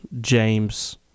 James